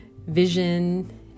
vision